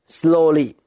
slowly